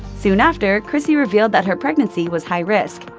soon after, chrissy revealed that her pregnancy was high-risk.